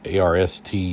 ARST